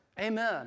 Amen